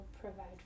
provide